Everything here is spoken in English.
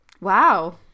Wow